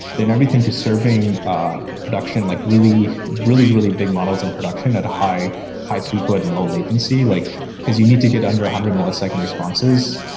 then everything to serving a production, like really, really really big models in production at a high high throughput and low latency, like because you need to get under one hundred millisecond responses.